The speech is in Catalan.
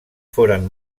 foren